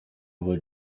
were